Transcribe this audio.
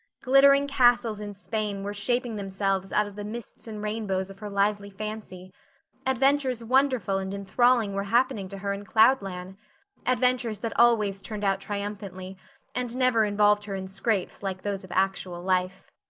glittering castles in spain were shaping themselves out of the mists and rainbows of her lively fancy adventures wonderful and enthralling were happening to her in cloudland adventures that always turned out triumphantly and never involved her in scrapes like those of actual life.